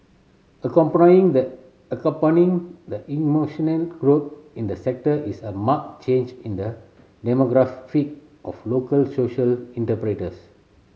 the accompanying the emotional growth in the sector is a marked change in the demographic of local social